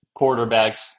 quarterbacks